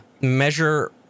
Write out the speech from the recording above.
measure